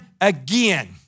again